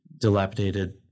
dilapidated